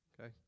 okay